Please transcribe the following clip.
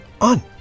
on